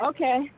Okay